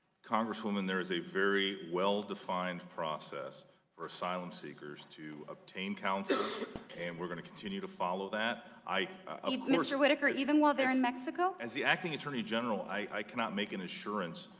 congresswoman, there is a very well defined process for asylum-seekers to obtain counsel and we are going to continue to follow that. ah mister whitaker, even while they are in mexico? as the acting attorney general, i cannot make an assurance,